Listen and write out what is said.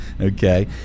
Okay